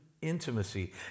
intimacy